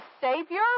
Savior